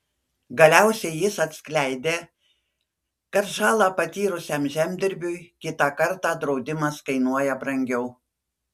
galiausiai jis atskleidė kad žalą patyrusiam žemdirbiui kitą kartą draudimas kainuoja brangiau